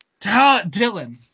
Dylan